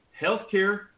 healthcare